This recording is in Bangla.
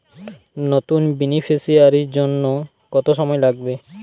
নতুন বেনিফিসিয়ারি জন্য কত সময় লাগবে?